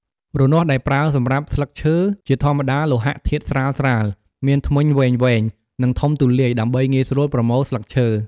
រនាស់ដែលប្រើសម្រាប់ស្លឹកឈើ ជាធម្មតាលោហធាតុស្រាលៗ មានធ្មេញវែងៗ និងធំទូលាយ ដើម្បីងាយស្រួលប្រមូលស្លឹកឈើ។